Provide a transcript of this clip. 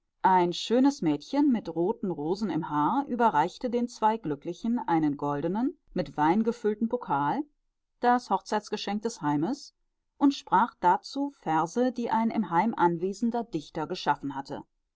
ein schönes mädchen mit roten rosen im haar überreichte den zwei glücklichen einen goldenen mit wein gefüllten pokal das hochzeitsgeschenk des heimes und sprach dazu verse die ein im heim anwesender dichter geschaffen hatte